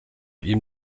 ihm